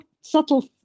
subtle